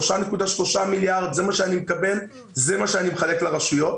3.3 מיליארד זה מה שאני מקבל וזה מה שאני מחלק לרשויות.